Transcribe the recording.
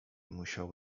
musiał